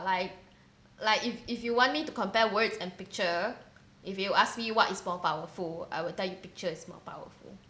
like like if if you want me to compare words and picture if you ask me what is more powerful I will tell you picture is more powerful